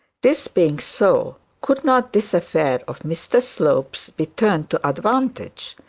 this being so, could not this affair of mr slope's be turned to advantage?